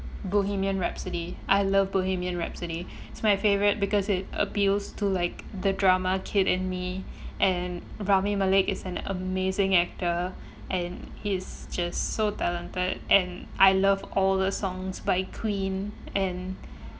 bohemian rhapsody I love bohemian rhapsody it's my favorite because it appeals to like the drama kid in me and rami malek is an amazing actor and he is just so talented and I love all the songs by queen and